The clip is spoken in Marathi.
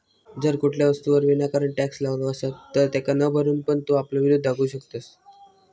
जर कुठल्या वस्तूवर विनाकारण टॅक्स लावलो असात तर तेका न भरून पण तू आपलो विरोध दाखवू शकतंस